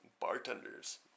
Bartenders